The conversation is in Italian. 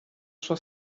sua